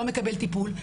לא מקבל טיפול,